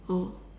oh